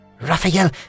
Raphael